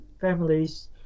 families